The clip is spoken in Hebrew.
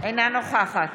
אינה נוכחת